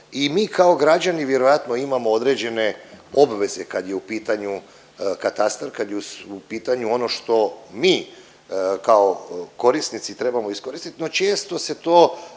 i mi kao građani vjerojatno imamo određene obveze kad je u pitanju katastar, kad je u pitanju ono što mi kao korisnici trebamo iskoristit no često se to